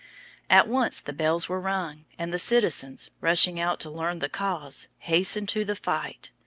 at once the bells were rung, and the citizens, rushing out to learn the cause, hastened to the fight.